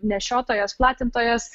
nešiotojas platintojas